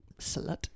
Slut